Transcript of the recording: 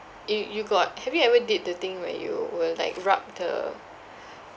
you you got have you ever did the thing where you will like rub the